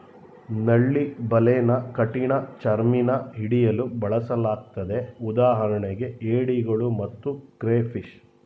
ನಳ್ಳಿ ಬಲೆನ ಕಠಿಣಚರ್ಮಿನ ಹಿಡಿಯಲು ಬಳಸಲಾಗ್ತದೆ ಉದಾಹರಣೆಗೆ ಏಡಿಗಳು ಮತ್ತು ಕ್ರೇಫಿಷ್